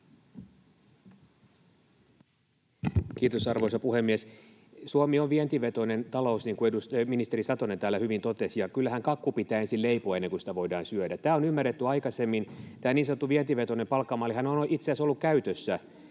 Kiitos arvoisa puhemies! Suomi on vientivetoinen talous, niin kuin ministeri Satonen täällä hyvin totesi. Ja kyllähän kakku pitää ensin leipoa, ennen kuin sitä voidaan syödä. Tämä on ymmärretty aikaisemmin. [Veronika Honkasalo: Miksi naiset saavat kärsiä?]